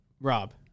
Rob